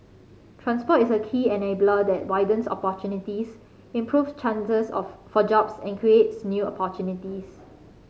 transport is a key enabler that widens opportunities improve chances for jobs and creates new opportunities